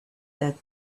that